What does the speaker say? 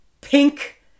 pink